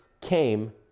came